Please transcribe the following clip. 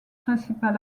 principal